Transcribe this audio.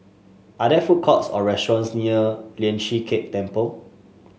are there food courts or restaurants near Lian Chee Kek Temple